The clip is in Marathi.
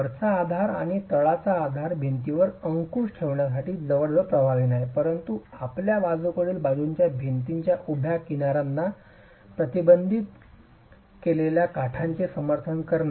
वरचा आधार आणि तळाचा आधार भिंतीवर अंकुश ठेवण्यासाठी जवळजवळ प्रभावी नाही परंतु आपल्या बाजूकडील बाजूंना भिंतीच्या उभ्या किनारांना प्रतिबंधित केलेल्या काठाचे समर्थन करते